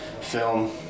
film